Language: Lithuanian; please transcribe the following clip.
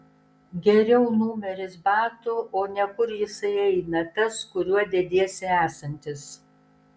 geriau numeris batų o ne kur jisai eina tas kuriuo dediesi esantis